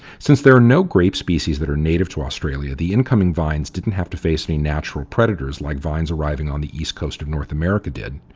since there are no grape species that are native to australia, the incoming vines didn't have to face any natural predators like vines arriving on the east coast of north america did,